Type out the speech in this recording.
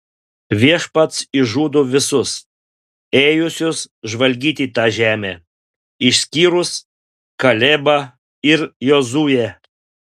viešpats išžudo visus ėjusius žvalgyti tą žemę išskyrus kalebą ir jozuę